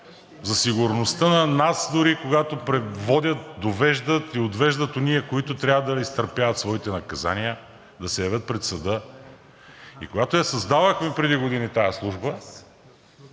за сигурността на нас дори, когато водят, довеждат и отвеждат онези, които трябва да изтърпяват своите наказания, да се явят пред съда. Когато я създавахме преди години тази служба